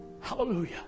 Hallelujah